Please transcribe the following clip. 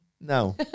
no